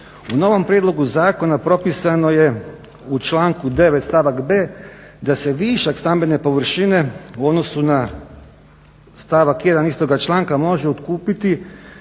U novom prijedlogu zakona propisano je u članku 9.stavak b da se višak stambene površine u odnosu na stavak 1.istoga članka može otkupiti